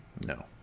No